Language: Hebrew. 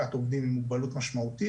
שנים עשר אחוזים ברמה נמוכה,